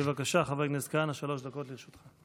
בבקשה, חבר הכנסת כהנא, שלוש דקות לרשותך.